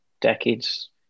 decades